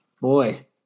boy